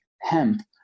hemp